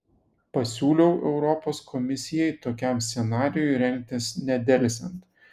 pasiūliau europos komisijai tokiam scenarijui rengtis nedelsiant